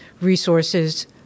resources